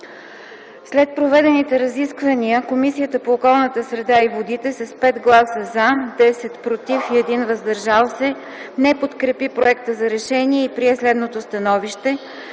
След проведените разисквания, Комисията по околната среда и водите с 5 - „за”, 10 - „против” и 1 - „въздържал се”, не подкрепи проекта за решение и прие следното становище: